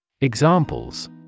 Examples